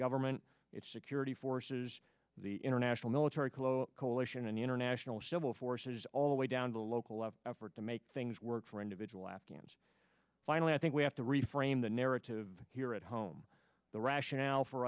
government its security forces the international military clo coalition and the international civil forces all the way down to local level effort to make things work for individual afghans finally i think we have to reframe the narrative here at home the rationale for